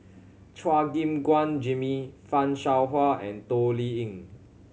Chua Gim Guan Jimmy Fan Shao Hua and Toh Liying